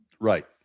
right